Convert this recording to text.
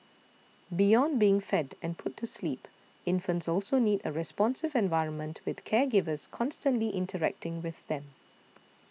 beyond being fed and put to sleep infants also need a responsive environment with caregivers constantly interacting with them